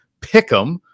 Pick'em